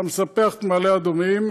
אתה מספח את מעלה אדומים,